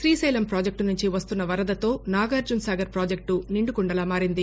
Srisailam project నుంచి వస్తున్న వరదతో నాగార్జునసాగర్ ప్రాజెక్టు నిండుకుండలా మారింది